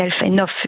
enough